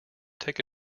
take